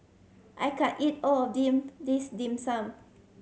I can't eat all of this Dim Sum